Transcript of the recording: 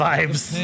Vibes